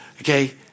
Okay